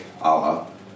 Allah